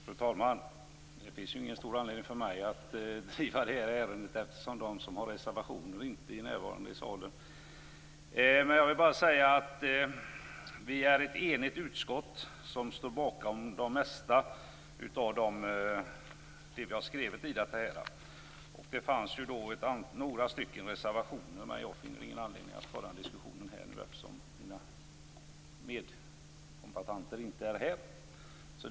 Fru talman! Det finns ingen stor anledning för mig att driva detta ärende eftersom de som har fogat reservationer till betänkandet inte är närvarande i salen. Jag vill bara säga att det är ett enigt utskott som står bakom det mesta av det vi har skrivit i betänkandet. Det finns några reservationer, men jag finner ingen anledning att diskutera dem nu, eftersom mina medkombattanter inte är här.